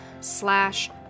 slash